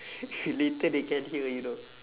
later they can hear you know